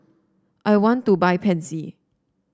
I want to buy Pansy